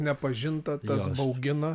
nepažinta tas baugina